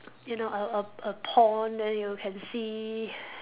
you know a a a pond then you can see